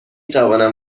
توانم